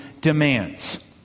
demands